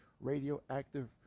radioactive